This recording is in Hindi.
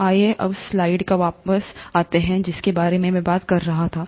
तो आइए उस स्लाइड पर वापस आते हैं जिसके बारे में मैं बात कर रहा था